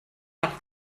nach